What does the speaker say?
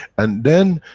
and then,